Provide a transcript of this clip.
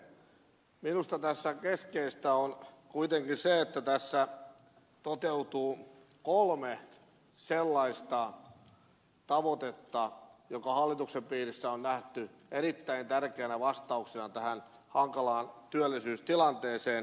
minusta tässä keskeistä on kuitenkin se että tässä toteutuu kolme sellaista tavoitetta jotka hallituksen piirissä on nähty erittäin tärkeiksi vastauksiksi tähän hankalaan työllisyystilanteeseen